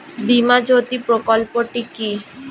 বীমা জ্যোতি প্রকল্পটি কি?